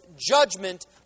judgment